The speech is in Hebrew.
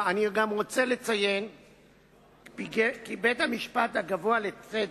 אני רוצה גם לציין כי בית-המשפט הגבוה לצדק,